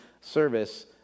service